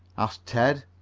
asked ted.